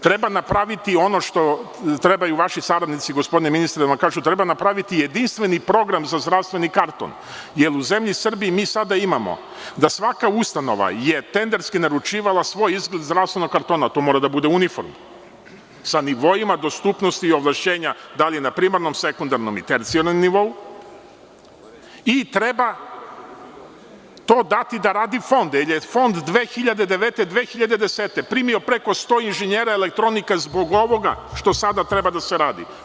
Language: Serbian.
Treba napraviti ono što trebaju vaši saradnici, gospodine ministre, treba napraviti jedinstveni program za zdravstveni karton, jer u zemlji Srbiji mi sada imamo da svaka ustanova je tenderski naručivala svoj izgled zdravstvenog kartona, to mora da bude uniforma, sa nivoima dostupnosti i ovlašćenja da li je na primarnom, sekundarnom i tercijalnom nivou i treba to dati da radi Fond, jer je Fond 2009, 2010. godine primio preko 100 inženjera elektronike zbog ovoga što sada treba da se radi.